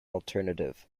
alternative